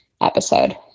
episode